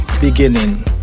beginning